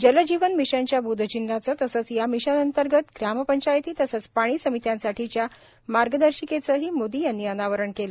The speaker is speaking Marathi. जलजीवन मिशनच्या बोधचिन्हाचं तसंच या मिशनअंतर्गत ग्रामपंचायती तसंच पाणी समित्यांसाठीच्या मार्गदर्शिकेचंही मोदी यांनी अनावरण केलं